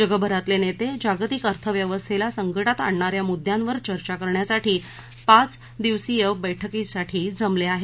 जगभरातले नेते जागतिक अर्थव्यवस्थेला संकटात आणण्या या मुद्यांवर चर्चा करण्यासाठी पाच दिवसीय बैठकीसाठी जमले आहेत